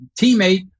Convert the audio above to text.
teammate